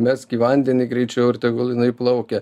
mesk į vandenį greičiau ir tegul jinai plaukia